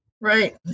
Right